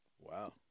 Wow